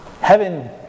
Heaven